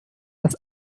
das